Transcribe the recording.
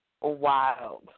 Wild